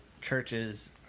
churches